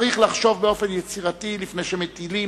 צריך לחשוב באופן יצירתי לפני שמטילים